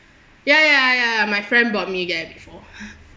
ya ya ya ya ya my friend bought me that before